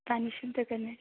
पाणी शुद्ध करण्याची